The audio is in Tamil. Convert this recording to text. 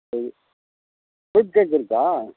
சரி சரி ஃப்ரூட் இருக்கா